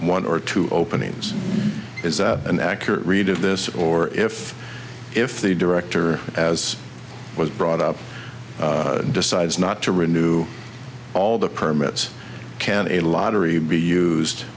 one or two openings is that an accurate read of this or if if the director as was brought up decides not to renew all the permits can a lottery be used